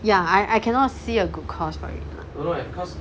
ya I I cannot see a good cause for it lah